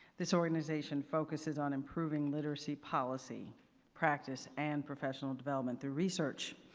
this organization focuses on improving literacy policy practice and professional development through research.